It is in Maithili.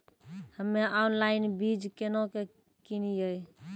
हम्मे ऑनलाइन बीज केना के किनयैय?